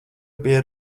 pie